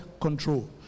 control